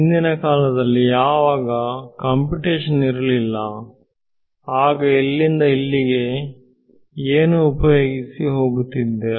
ಹಿಂದಿನ ಕಾಲದಲ್ಲಿ ಯಾವಾಗ ಕಂಪ್ಯುಟೇಶನ್ ಇರಲಿಲ್ಲ ಆಗ ಇಲ್ಲಿಂದ ಇಲ್ಲಿಗೆ ಏನು ಉಪಯೋಗಿಸಿ ಹೋಗುತ್ತಿದ್ದೆ